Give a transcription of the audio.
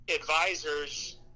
advisors